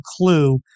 clue